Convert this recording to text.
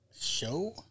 show